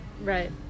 Right